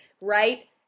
right